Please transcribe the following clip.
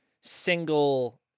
single